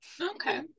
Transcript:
okay